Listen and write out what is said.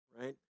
right